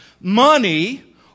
Money